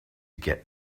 get